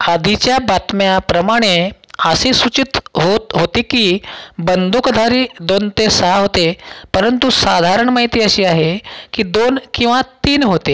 आधीच्या बातम्याप्रमाणे असे सूचित होत होते की बंदूकधारी दोन ते सहा होते परंतु साधारण माहिती अशी आहे की दोन किंवा तीन होते